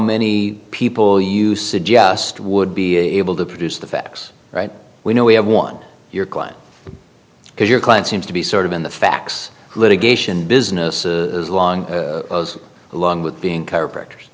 many people you suggest would be able to produce the facts right we know we have one your client because your client seems to be sort of in the facts litigation business long along with being chiropractors